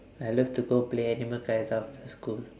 I love to go play animal kaiser after school